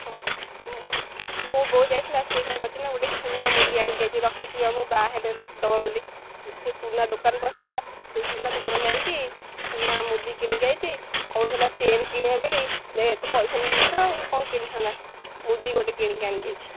ହଁ ମୋ ବୋଉ ଯାଇଥିଲା ସିଏ କ'ଣ କରିଛି ନା ଗୋଟେ ସୁନା ମୁଦି ଆଣିକି ଆସିଛି ରଖିଥିବ ଆଉ ମୁଁ ବାହା ହେଲେ ଦେବ ବୋଲି ସେ ସୁନା ଦୋକାନ ବସିଥିଲା ସେ ସୁନା ଦୋକାନ ଯାଇକି ସୁନା ମୁଦି କିଣିକି ଆଣିଛି କହୁଥିଲା ଚେନ୍ କିଣିବ ବୋଲି ଏତେ ପଇସା ନେଇନଥିଲା ଆଉ କ'ଣ କିଣିଥାନ୍ତା ମୁଦି ଗୋଟେ କିଣିକି ଆଣିକି ଆଇଛି